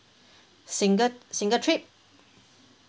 single single trip